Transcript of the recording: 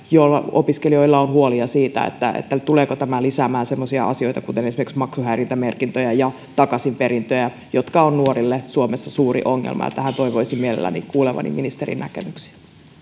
opiskelijoilla on huolia siitä tuleeko tämä lisäämään semmoisia asioita kuten esimerkiksi maksuhäiriömerkintöjä ja takaisinperintöjä jotka ovat nuorille suomessa suuri ongelma tähän toivoisin mielelläni kuulevani ministerin näkemyksen